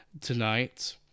tonight